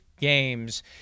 games